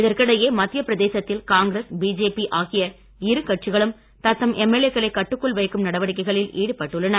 இதற்கிடையே மத்திய பிரதேசத்தில் காங்கிரஸ் பிஜேபி ஆகிய இரு கட்சிகளும் தத்தம் எம்எல்ஏ க்களை கட்டுக்குள் வைக்கும் நடவடிக்கைகளில் ஈடுபட்டுள்ளன